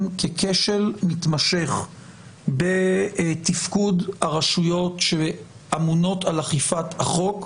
ככשל מתמשך בתפקוד הרשויות שאמונות על אכיפת החוק,